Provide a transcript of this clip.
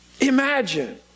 Imagine